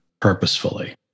purposefully